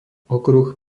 okruh